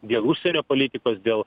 dėl užsienio politikos dėl